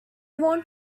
want